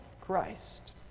Christ